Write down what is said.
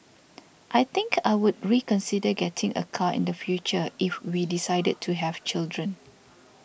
I think I would reconsider getting a car in the future if we decided to have children